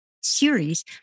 series